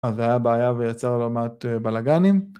‫אז זה היה בעיה ויצר לא מעט בלאגנים.